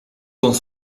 dans